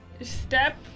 step